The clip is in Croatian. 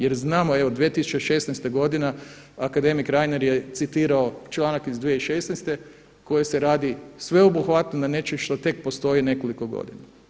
Jer znamo evo 2016. akademik Reiner je citirao članak iz 2016. koji se radi sveobuhvatno nad nečemu što tek postoji nekoliko godina.